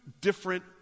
different